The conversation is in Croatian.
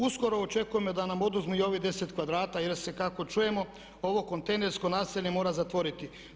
Uskoro očekujem da nam oduzmu i ovih deset kvadrata jer se kako čujemo ovo kontejnersko naselje mora zatvoriti.